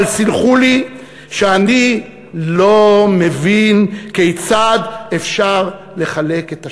אבל סלחו לי שאני לא מבין כיצד אפשר לחלק את השלם.